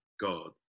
God